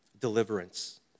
deliverance